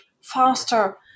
faster